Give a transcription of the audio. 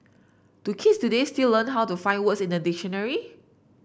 do kids today still learn how to find words in a dictionary